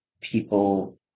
people